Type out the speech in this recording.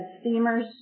steamers